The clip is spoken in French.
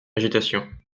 agitation